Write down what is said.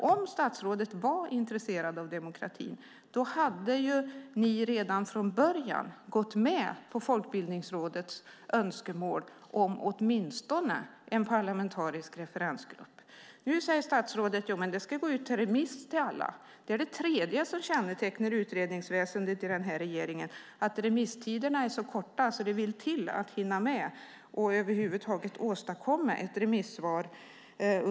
Om statsrådet var intresserad av demokrati hade regeringen redan från början gått med på Folkbildningsrådets önskemål om åtminstone en parlamentarisk referensgrupp. Nu säger statsrådet att utredningen ska gå ut på remiss till andra. Det tredje som kännetecknar utredningsväsendet i regeringen är att remisstiderna är så korta. Det vill till att hinna med att över huvud taget åstadkomma ett remissvar.